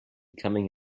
coming